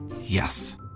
Yes